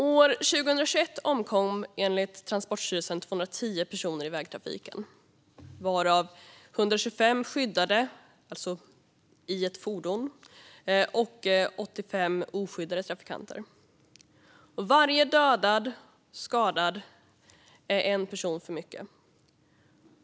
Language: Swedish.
År 2021 omkom enligt Transportstyrelsen 210 personer i vägtrafiken, varav 125 skyddade - det vill säga i ett fordon - och 85 oskyddade trafikanter. Varje dödad eller skadad är en person för mycket.